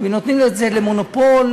נותנים את זה למונופול.